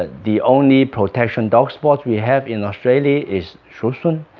ah the only protection dog sport we have in australia is schutzhund,